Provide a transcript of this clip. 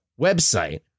website